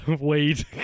weed